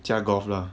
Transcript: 驾 golf lah